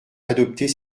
adopter